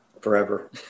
forever